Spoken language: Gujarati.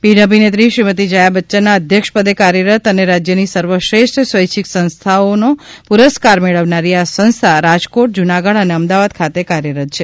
પીઢ અભિનેત્રી શ્રીમતી જયા બચ્યનના અધ્યક્ષપદે કાર્યરત અને રાજ્યની સર્વશ્રેષ્ઠ સ્વૈચ્છિક સંસ્થાનો પુરસ્કાર મેળવનારી આ સંસ્થા રાજકોટ જ્રનાગઢ અને અમદાવાદ ખાતે કાર્યરત છે